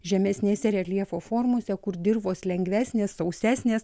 žemesnėse reljefo formose kur dirvos lengvesnės sausesnės